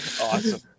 Awesome